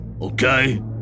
Okay